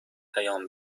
پیام